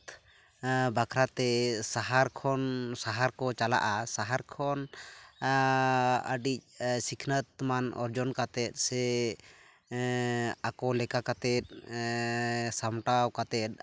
ᱵᱟᱠᱷᱨᱟᱛᱮ ᱥᱟᱦᱟᱨ ᱠᱷᱚᱱ ᱥᱟᱦᱟᱨ ᱠᱚ ᱪᱟᱞᱟᱜᱼᱟ ᱥᱟᱦᱟᱨ ᱠᱷᱚᱱ ᱟᱹᱰᱤ ᱥᱤᱠᱷᱱᱟᱹᱛ ᱢᱟᱱ ᱚᱨᱡᱚᱱ ᱠᱟᱛᱮᱫ ᱥᱮ ᱟᱠᱚ ᱞᱮᱠᱟ ᱠᱟᱛᱮᱫ ᱥᱟᱢᱴᱟᱣ ᱠᱟᱛᱮᱫ